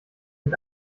mit